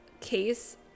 case